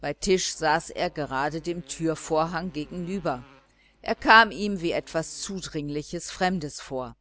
bei tisch saß er gerade der portiere gegenüber sie kam ihm wie etwas zudringliches fremdes vor